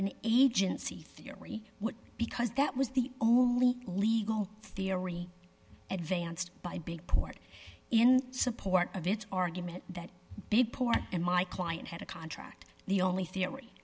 an agency theory was because that was the only legal theory advanced by big port in support of its argument that big and my client had a contract the only theory